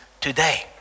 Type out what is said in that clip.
today